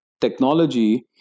technology